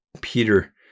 Peter